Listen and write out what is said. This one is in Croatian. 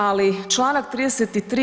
Ali članak 33.